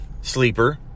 Sleeper